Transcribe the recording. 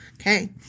Okay